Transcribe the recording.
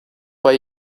why